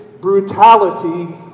brutality